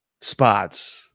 spots